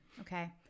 okay